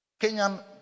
Kenyan